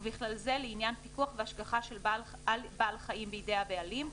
ובכלל זה לעניין פיקוח והשגחה על בעל חיים בידי הבעלים,